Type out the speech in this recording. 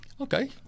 Okay